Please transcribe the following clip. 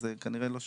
אז זו כנראה לא שאלה.